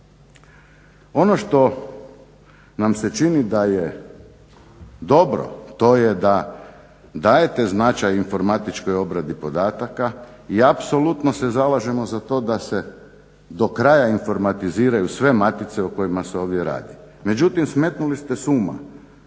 Ono što nam se čini da je dobro, to je da dajte značaj informatičkoj obradi podataka i apsolutno se zalažemo za to da se do kraja informatiziraju sve matica o kojima se ovdje radi. Međutim smetnuli ste s uma